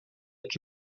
que